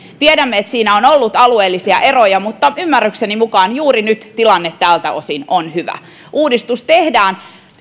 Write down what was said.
tiedämme että siinä on ollut alueellisia eroja mutta ymmärrykseni mukaan juuri nyt tilanne tältä osin on hyvä uudistus tehdään